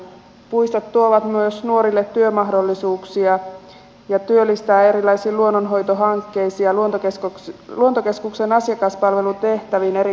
puistot tuovat myös nuorille työmahdollisuuksia ja työllistävät erilaisiin luonnonhoitohankkeisiin ja luontokeskuksen asiakaspalvelutehtäviin eri kansallispuistoissa